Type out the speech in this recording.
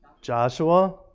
Joshua